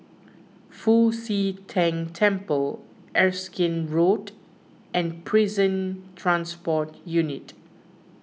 Fu Xi Tang Temple Erskine Road and Prison Transport Unit